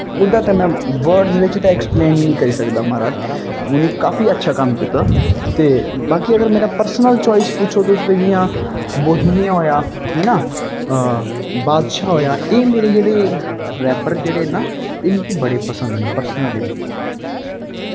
ओह्दा ते में वर्डस बिच्च में ऐक्सपलेन ई निं करी सकदा महाराज उ'नें काफी अच्छा कम्म कीता ते बाकी अगर मेरा पर्सनल चाईस पुच्छो तुस ते इ'यां बोहिमियां होएआ हैना बादशाह् होएआ एह् मेरे जेह्ड़े रैपर जेह्ड़े न एह् मिगी बड़े पसंद न परसनली